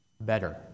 better